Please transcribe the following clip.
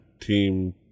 team